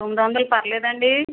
తొమ్మిది వందలు పర్లేదా అండి